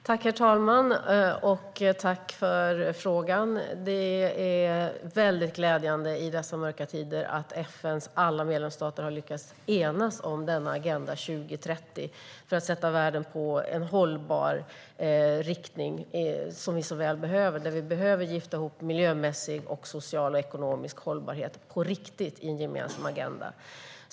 Herr talman! Jag tackar för frågan. I dessa mörka tider är det glädjande att FN:s alla medlemsstater har lyckats enas om Agenda 2030, den riktning mot en hållbarare värld som vi så väl behöver. Vi behöver ju gifta ihop miljömässig, social och ekonomisk hållbarhet på riktigt i en gemensam agenda.